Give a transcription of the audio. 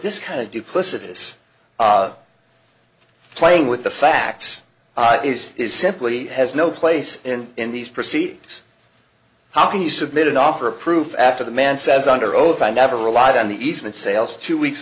this kind of duplicitous playing with the facts is is simply has no place in in these proceedings how can you submitted offer a proof after the man says under oath i never relied on the eastman sales two weeks